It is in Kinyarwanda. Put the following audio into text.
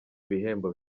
ibihembo